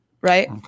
right